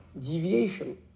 deviation